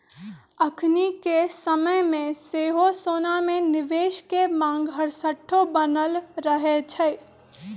अखनिके समय में सेहो सोना में निवेश के मांग हरसठ्ठो बनल रहै छइ